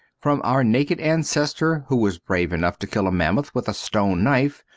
from our naked ancestor who was brave enough to kill a mammoth with a stone knife,